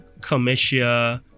commercial